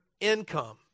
income